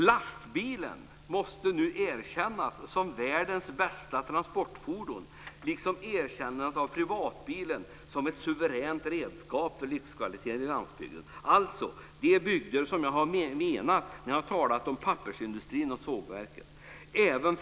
Lastbilen måste nu erkännas som världens bästa transportfordon, liksom privatbilen måste erkännas som ett suveränt redskap för livskvaliteten i glesbygden. Det är de bygder jag menar när jag talar om pappersindustrin och sågverken.